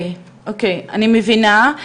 אני מבינה.